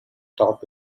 top